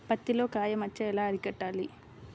పత్తిలో కాయ మచ్చ ఎలా అరికట్టాలి?